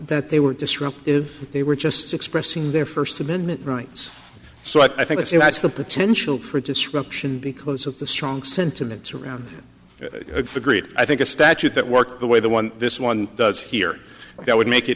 that they were disruptive they were just expressing their first amendment rights so i think i see what's the potential for disruption because of the strong sentiment around the great i think a statute that worked the way that one this one does here that would make it